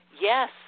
yes